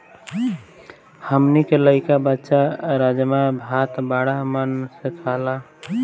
हमनी के लइका बच्चा राजमा भात बाड़ा मन से खाला